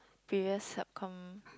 previous subcom